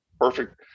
Perfect